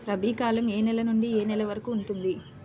రబీ కాలం ఏ నెల నుండి ఏ నెల వరకు ఉంటుంది?